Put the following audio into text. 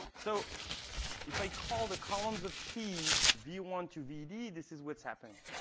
so if i call the columns of p v one to vd, this is what's happening.